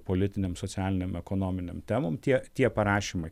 politinėm socialinėm ekonominėm temom tie tie parašymai